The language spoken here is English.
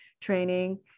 training